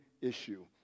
issue